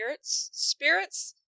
Spirits